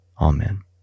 Amen